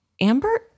Amber